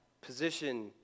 position